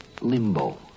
limbo